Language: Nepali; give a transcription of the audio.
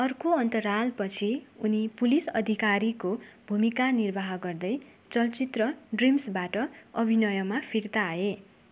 अर्को अन्तरालपछि उनी पुलिस अधिकारीको भूमिका निर्वाह गर्दै चलचित्र ड्रिम्सबाट अभिनयमा फिर्ता आए